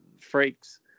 freaks